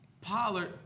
Pollard